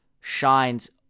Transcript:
shines